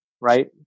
right